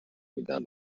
میدن